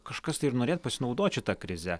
kažkas tai norėt pasinaudot šita krize